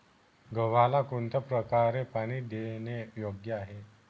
गव्हाला कोणत्या प्रकारे पाणी देणे योग्य आहे?